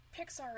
Pixar